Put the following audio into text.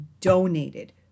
donated